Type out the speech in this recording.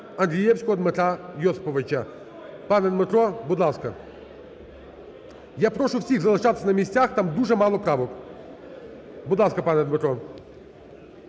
Андрієвського Дмитра Йосиповича. Пане Дмитро, будь ласка. Я прошу всіх залишатись на місцях, там дуже мало правок. Будь ласка, пане Дмитро.